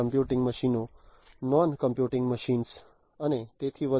computing મશીનો non computing મશીનો અને તેથી વધુ